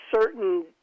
certain